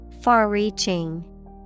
Far-reaching